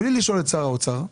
בלי לשאול את שר האוצר,